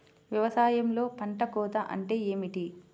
వ్యవసాయంలో పంట కోత అంటే ఏమిటి?